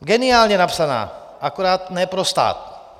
Geniálně napsaná, akorát ne pro stát.